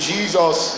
Jesus